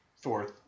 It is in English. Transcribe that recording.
Thor